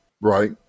right